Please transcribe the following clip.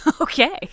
okay